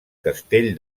castell